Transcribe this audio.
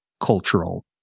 cultural